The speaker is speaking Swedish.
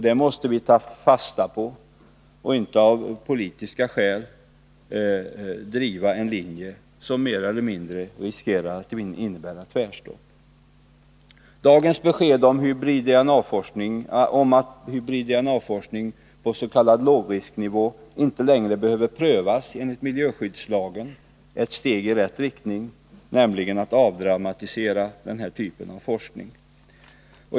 Det måste vi ta fasta på och inte av politiska skäl driva en linje som mer eller mindre innebär ett tvärstopp. Dagens besked om att hybrid-DNA-forskningen på s.k. lågrisknivå inte längre behöver prövas enligt miljöskyddslagen är ett steg i rätt riktning, nämligen att man avdramatiserar den här typen av forskning.